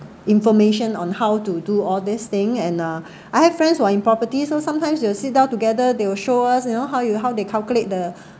information on how to do all this thing and uh I have friends who are in property so sometimes we will sit down together they will show us you know how you how they calculate the